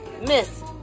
Miss